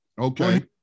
Okay